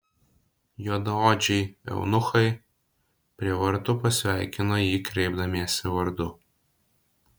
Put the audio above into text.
juodaodžiai eunuchai prie vartų pasveikino jį kreipdamiesi vardu